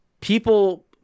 people